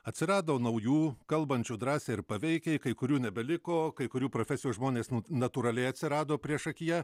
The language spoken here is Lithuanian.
atsirado naujų kalbančių drąsiai ir paveikiai kai kurių nebeliko kai kurių profesijų žmonės natūraliai atsirado priešakyje